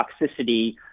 toxicity